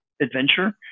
adventure